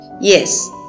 yes